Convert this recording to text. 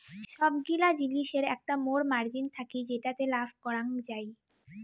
সবগিলা জিলিসের একটা মোর মার্জিন থাকি যেটাতে লাভ করাঙ যাই